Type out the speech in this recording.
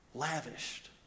lavished